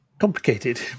complicated